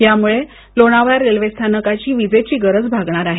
यामुळे लोणावळा रेल्वे स्थानकाची विजेची गरज भगणार आहे